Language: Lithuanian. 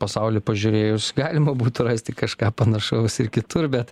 pasaulį pažiūrėjus galima būtų rasti kažką panašaus ir kitur bet